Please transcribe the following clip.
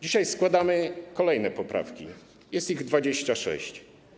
Dzisiaj składamy kolejne poprawki, jest ich 26.